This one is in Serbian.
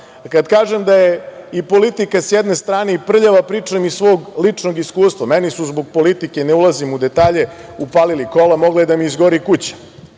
kažem da je i politika sa jedne strane i prljava, pričam iz svog ličnog iskustva. Meni su zbog politike, ne ulazim u detalje, upalili kola i mogla je da mi izgori kuća,